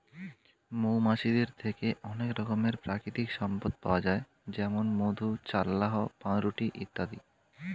মৌমাছিদের থেকে অনেক রকমের প্রাকৃতিক সম্পদ পাওয়া যায় যেমন মধু, চাল্লাহ্ পাউরুটি ইত্যাদি